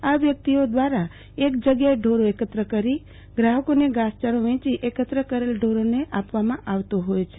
આ વ્યકિતઓ દ્વારા એક જગ્યાએ ઢોરો એકત્ર કરી ગ્રાહકોને ઘાસયારો વેંચી એકત્ર કરેલ ઢોરોને આપવામાં આવતો હોય છે